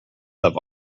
have